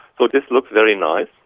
so this looks very nice.